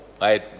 right